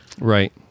Right